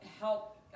help